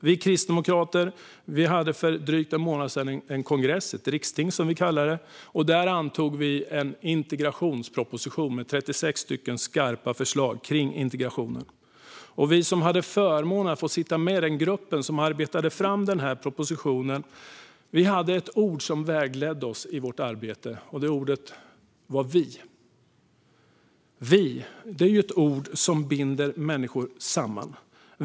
Vi kristdemokrater hade för lite drygt en månad sedan en kongress, ett riksting, som vi kallar det, och där antog vi en integrationsproposition med 36 skarpa förslag rörande integrationen. Vi som hade förmånen att få sitta med i den grupp som arbetade fram propositionen hade ett ord som vägledde oss i vårt arbete, och det ordet var "vi". Det är ett ord som binder människor samman.